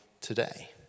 today